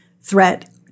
threat